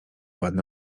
ładny